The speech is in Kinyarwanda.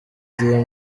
dieu